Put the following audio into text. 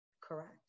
Correct